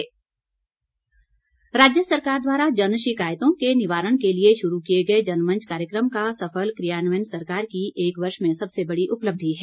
मुख्यमंत्री राज्य सरकार द्वारा जन शिकायतों के निवारण के लिए शुरू किए गए जनमंच कार्यक्रम का सफल कियान्वयन सरकार की एक वर्ष में सबसे बड़ी उपलब्धि है